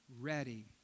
ready